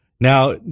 now